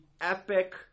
epic